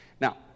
Now